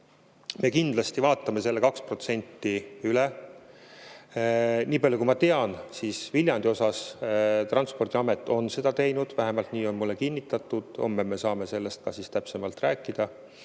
me kindlasti vaatame selle 2% üle. Niipalju kui ma tean, on Viljandi puhul Transpordiamet seda teinud – vähemalt nii on mulle kinnitatud, eks homme saame sellest täpsemalt rääkida